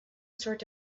sort